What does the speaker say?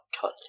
cut